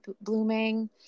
blooming